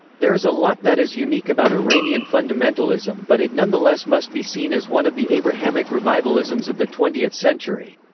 there is a lot that is unique about iranian fundamentalism but it nonetheless must be seen as one of the abrahamic revivalisms of the twentieth century.